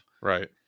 right